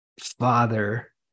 father